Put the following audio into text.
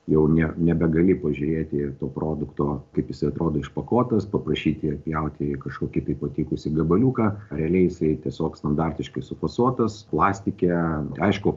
jau ne nebegali pažiūrėti to produkto kaip jisai atrodo išpakuotas paprašyti atpjauti kažkokį tai patikusį gabaliuką realiai jisai tiesiog standartiškai sufasuotas plastike aišku